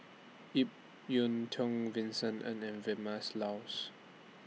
Ip Yiu Tung Vincent Ng and Vilmas Laus